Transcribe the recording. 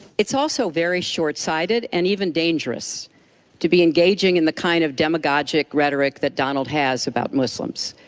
it's also very short-sighted and even dangerous to be engaging in the kind of demagogic rhetoric that donald has about muslims.